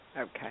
Okay